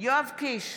יואב קיש,